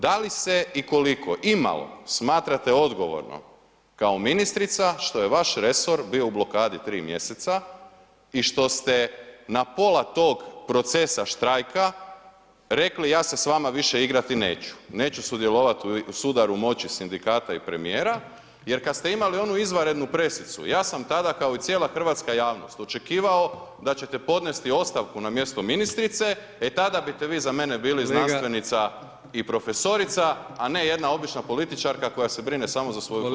Da li se i koliko imalo smatrate odgovornom kao ministrica što je vaš resor bio u blokadi 3 mj. i što ste na pola tog procesa štrajka rekli „ja se s vama više igrati neću, neću sudjelovati u sudaru moći sindikata i premijera“ jer kad ste imali onu izvanrednu presicu, ja sam tada kao i cijela hrvatska javnost očekivao da ćete podnesti ostavku na mjestu ministrice, e tada biste vi za mene bili znanstvenica i profesorica a ne jedna obična političarka koja se brine samo za svoju fotelju.